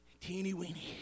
teeny-weeny